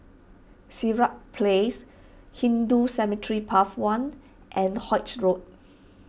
Sirat Place Hindu Cemetery Path one and Holts Road